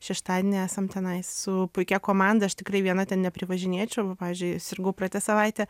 šeštadienį esam tenais su puikia komanda aš tikrai viena ten neprivažinėčiau va pavyzdžiui sirgau praeitą savaitę